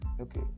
okay